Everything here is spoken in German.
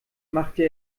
machte